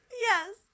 yes